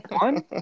one